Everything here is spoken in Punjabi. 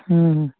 ਹੂੰ